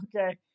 Okay